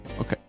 okay